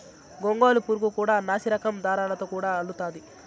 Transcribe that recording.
గొంగళి పురుగు కూడా నాసిరకం దారాలతో గూడు అల్లుతాది